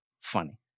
Funny